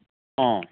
ꯑꯥ